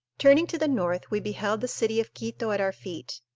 turning to the north, we beheld the city of quito at our feet,